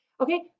okay